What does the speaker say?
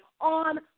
on